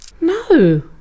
No